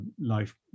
life